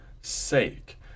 sake